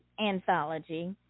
anthology –